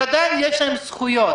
אבל עדיין יש להם זכויות.